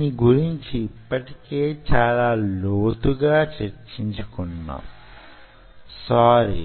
దీన్ని గురించి యిప్పటికే చాలా లోతుగా చర్చించుకున్నాం - సారీ